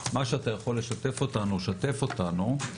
מה שאתה יכול לשתף אותנו שתף אותנו.